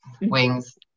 Wings